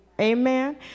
Amen